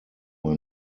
man